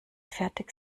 fertig